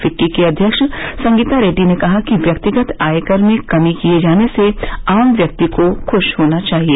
FICCI की अध्यक्ष संगीता रेड्डी ने कहा कि व्यक्तिगत आयकर में कमी किये जाने से आम व्यक्ति को खूश होना चाहिए